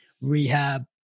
rehab